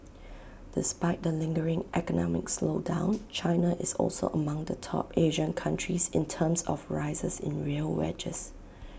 despite the lingering economic slowdown China is also among the top Asian countries in terms of rises in real wages